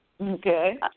Okay